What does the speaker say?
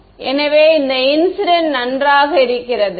மாணவர் இல்லை எனவே இந்த இன்சிடென்ட் நன்றாக இருக்கிறது